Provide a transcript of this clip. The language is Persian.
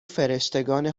فرشتگان